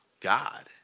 God